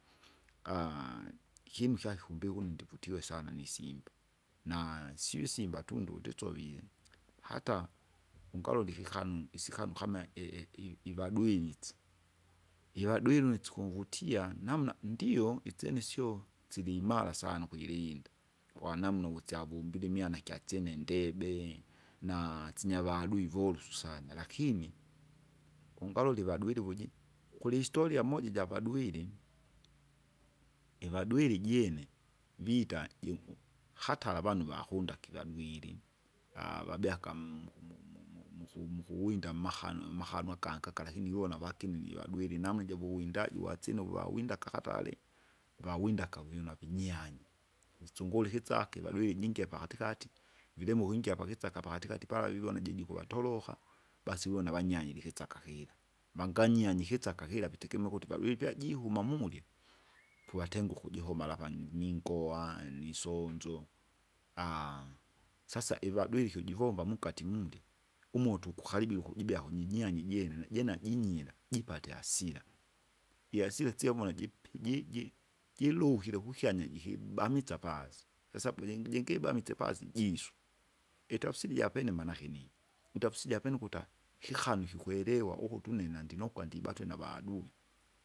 ikinu kya kikumbika une ndikutiwe sana nisimba, na sio isimba tu ndundisovie, hata, ungalole ikikanu isikanu kama e- e- i- ivadwiritsi. Igadwiru unsikumvutia namna ndio isyene syo sili imara sana ukujirinda, kwanamna uvusiavombile imwena ikyasyene ndebe, na sinya avadui volusu sana lakini, ungalole vadwile uvuji, kulihistoria moja ijavadwiri, ivadwiri jine, vita junhu- hatara avanu vakunda kiladwiri vabea kamu muku- muku- muku- muku- mukuwinda mmakanu amakanu akangi akangaka lakini wiwona vakinili vadwili namna javuwindaji watsine uwawinda kakatare. Vawinda akawina vinyanya, utsungule ikisake vagewie jingie jingie pakatikati, vilemo uwingia pakisaka pakatikati pala wiwona jiji kuvatoroka, basi wiwona vanyaile ikisaka kira, vanganyanyi ikisaka kira vitegemea ukuti vavili vyajihuma mumurya puvatenga ukujihoma lavani ningoa nisonzo. sasa ivadwiri ikujivomba mukati murya, umutu kukaribia ukujibia kunyinyani jena najena jinyira, jipate hasira hasira, ihasira syomola jipi- ji- ji- jilukile kukyanya jikibamiza pasi, kwasabu jingi jingibamiza basi jisu. Itafsiri japene manake nini? itafsiri japene ukuta, kikanu kikwerewa ukuti une nandinukwa ndibatue navadui.